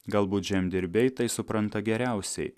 galbūt žemdirbiai tai supranta geriausiai